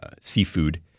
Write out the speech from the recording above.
seafood